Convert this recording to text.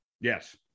Yes